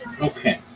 Okay